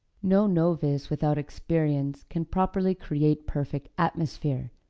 no novice without experience can properly create perfect atmosphere,